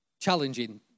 challenging